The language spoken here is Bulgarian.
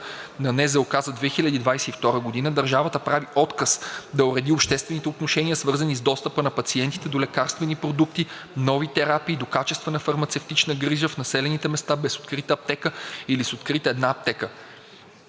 на НЗОК за 2022 г., държавата прави отказ да уреди обществените отношения, свързани с достъпа на пациентите до лекарствени продукти, нови терапии и до качествена фармацевтична грижа в населени места без открита аптека или с открита една аптека.